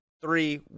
three